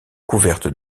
couvertes